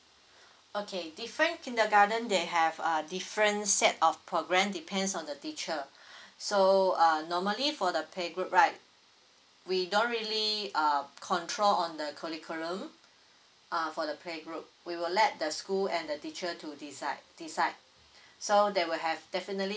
okay different kindergarten they have uh different set of program depends on the teacher so uh normally for the playgroup right we don't really uh control on the curriculum uh for the playgroup we will let the school and the teacher to decide decide so they will have definitely